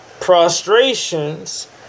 prostrations